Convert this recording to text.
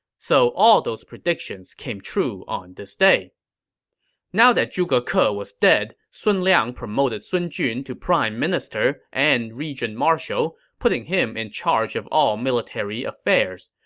so all those predictions came true on this day now that zhuge ke ah was dead, sun liang promoted sun jun to prime minister and regent marshall, putting him in charge of all military affairs.